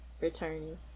returning